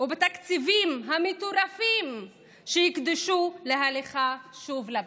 ובתקציבים המטורפים שיוקדשו להליכה שוב לבחירות,